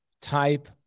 type